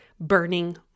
burning